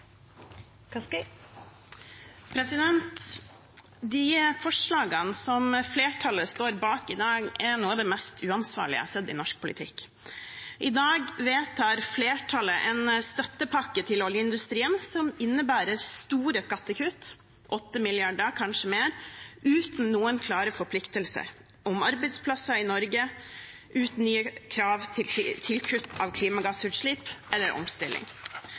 noe av det mest uansvarlige jeg har sett i norsk politikk. I dag vedtar flertallet en støttepakke til oljeindustrien som innebærer store skattekutt – 8 mrd. kr, kanskje mer – uten noen klare forpliktelser om arbeidsplasser i Norge, uten krav til kutt i klimagassutslipp eller omstilling.